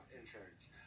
insurance